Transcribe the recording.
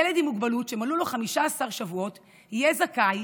ילד עם מוגבלות שמלאו לו 15 שבועות יהיה זכאי